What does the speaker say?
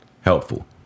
helpful